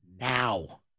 Now